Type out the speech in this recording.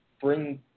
bring